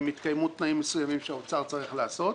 אם התקיימו תנאים מסוימים שהאוצר צריך לעשות.